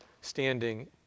standing